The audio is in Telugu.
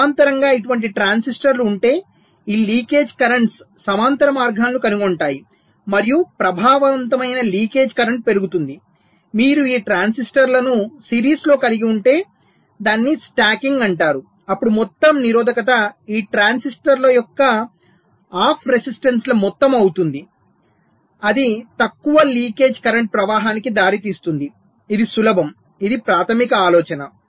సమాంతరంగా ఇటువంటి ట్రాన్సిస్టర్లు ఉంటే ఈ లీకేజ్ కర్రెంట్స్ సమాంతర మార్గాలను కనుగొంటాయి మరియు ప్రభావవంతమైన లీకేజ్ కరెంట్ పెరుగుతుంది మీరు ఈ ట్రాన్సిస్టర్లను సిరీస్లో కలిగి ఉంటే దాన్ని స్టాకింగ్ అంటారు అప్పుడు మొత్తం నిరోధకత ఈ ట్రాన్సిస్టర్ల యొక్క ఆఫ్ రెసిస్టెన్స్ల మొత్తం అవుతుంది అది తక్కువ లీకేజ్ కరెంట్ ప్రవాహానికి దారి తీస్తుంది ఇది సులభం ఇది ప్రాథమిక ఆలోచన